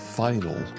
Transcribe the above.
final